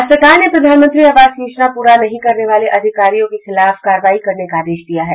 राज्य सरकार ने प्रधानमंत्री आवास योजना पूरा नहीं करने वाले अधिकारियों के खिलाफ कार्रवाई करने का आदेश दिया है